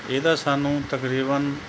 ਇਹਦਾ ਸਾਨੂੰ ਤਕਰੀਬਨ